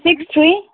six three